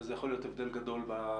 וזה יכול להיות הבדל גדול בהדבקה.